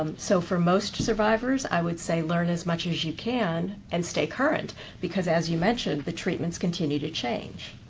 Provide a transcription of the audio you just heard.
um so for most survivors, i would say learn as much as you can and stay current because, as you mentioned, the treatments continue to change.